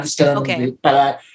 Okay